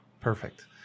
Perfect